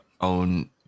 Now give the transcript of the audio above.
own